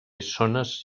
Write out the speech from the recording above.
zones